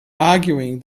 arguing